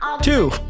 two